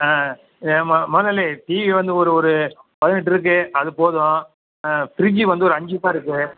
ஆ மொ முதலாளி டிவி வந்து ஒரு ஒரு பதினெட்டு இருக்குது அது போதும் ஃப்ரிட்ஜு வந்து ஒரு அஞ்சுப்பா இருக்குது